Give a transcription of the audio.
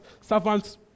servants